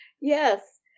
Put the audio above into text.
Yes